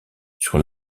sur